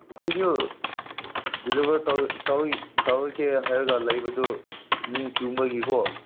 ꯑꯩꯈꯣꯏꯁꯨ ꯗꯤꯂꯤꯚꯔ ꯇꯧꯔꯛꯀꯦ ꯍꯥꯏꯔꯒ ꯂꯩꯕꯗꯨ ꯅꯣꯡꯆꯨꯕꯒꯤꯀꯣ